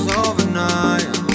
overnight